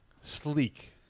sleek